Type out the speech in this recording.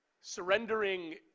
Surrendering